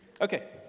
Okay